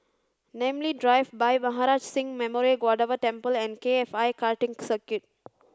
Namly Drive Bhai Maharaj Singh Memorial Gurdwara Temple and K F I Karting Circuit